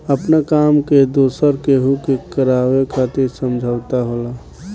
आपना काम के दोसरा केहू से करावे खातिर समझौता होला